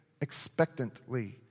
expectantly